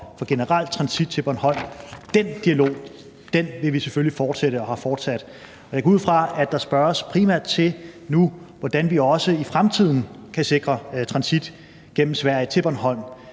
for generel transit til Bornholm. Den dialog vil vi selvfølgelig fortsætte og har vi fortsat. Jeg går ud fra, at der primært spørges til, hvordan vi også i fremtiden kan sikre transit gennem Sverige til Bornholm.